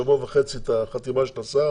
שבוע וחצי, את החתימה של השר